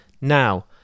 Now